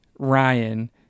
Ryan